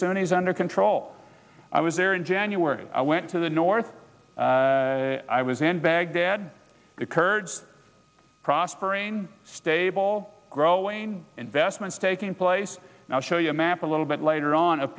sunni's under control i was there in january i went to the north i was in baghdad the kurds are prospering stable growing investments taking place now show you a map a little bit later on